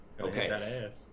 Okay